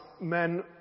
men